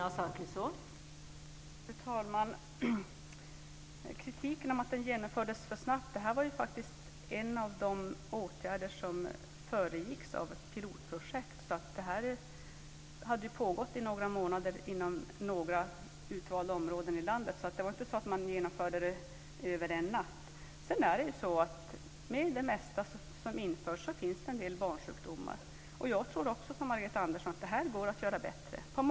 Fru talman! När det gäller kritiken om att detta genomfördes för snabbt vill jag säga att detta faktiskt var en av de åtgärder som föregicks av ett pilotprojekt. Det hade pågått i några månader inom några utvalda områden i landet. Det var inte så att man genomförde det över en natt. Sedan är det ju så att det finns en del barnsjukdomar hos det mesta som införs. Jag tror också, som Margareta Andersson, att det här går att göra bättre.